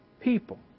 people